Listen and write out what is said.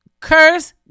Curse